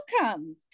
welcome